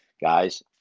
guys